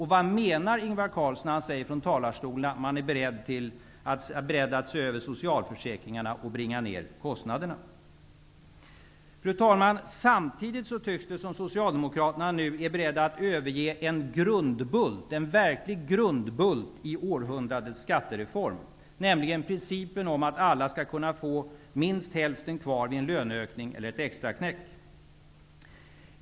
Vad menar Ingvar Carlsson när han från talarstolen säger att man är beredd att se över socialförsäkringarna och bringa ned kostnaderna? Fru talman! Samtidigt tycks Socialdemokraterna nu vara beredda att överge en verklig grundbult i århundradets skattereform, nämligen principen om att alla skall kunna få minst hälften kvar vid en löneökning eller ett extraknäck.